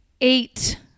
eight